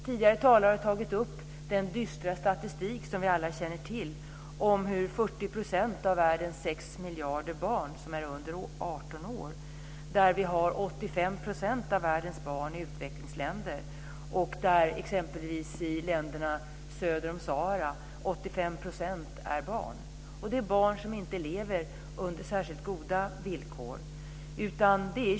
Tidigare talare har tagit upp den dystra statistik som vi alla känner till, om de 40 % av världens sex miljarder är barn under 18 år. Av dem finns 85 % i utvecklingsländer. I länderna söder om Sahara är 85 % av befolkningen barn. Det är barn som inte lever under särskilt goda villkor.